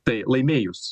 tai laimėjus